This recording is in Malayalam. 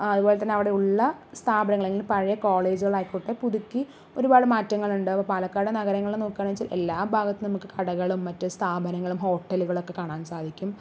അതുപോലെതന്നെ അവിടെ ഉള്ള സ്ഥാപനങ്ങൾ അല്ലെങ്കിൽ പഴയ കോളേജുകളായിക്കോട്ടെ പുതുക്കി ഒരുപാട് മാറ്റങ്ങൾ ഉണ്ട് അപ്പോൾ പാലക്കാട് നഗരങ്ങൾ നോക്കുകയാണ് വെച്ചാൽ എല്ലാം ഭാഗത്തും നമുക്ക് കടകളും മറ്റ് സ്ഥാപനങ്ങളും ഹോട്ടലുകളും ഒക്കെ കാണാൻ സാധിക്കും